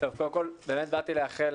קודם כל באמת באתי לאחל